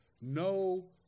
No